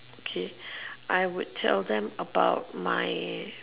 okay I would tell them about my